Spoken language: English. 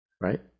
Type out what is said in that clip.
right